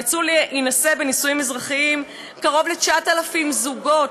יצאו להינשא בנישואים אזרחיים קרוב ל-9,000 זוגות,